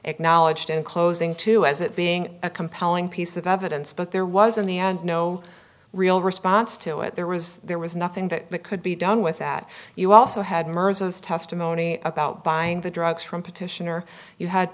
acknowledged in closing to as it being a compelling piece of evidence but there was in the end no real response to it there was there was nothing that could be done with that you also had mirza's testimony about buying the drugs from petitioner you had